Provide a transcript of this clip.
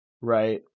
right